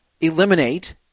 eliminate